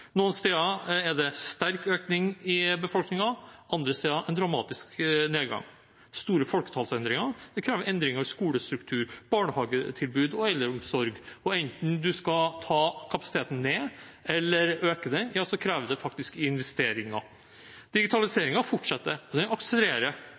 Noen steder er det sterk økning i befolkningen, andre steder er det dramatisk nedgang. Store folketallsendringer krever endringer i skolestruktur, barnehagetilbud og eldreomsorg. Enten man skal ta kapasiteten ned eller øke den, krever det faktisk investeringer.